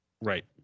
Right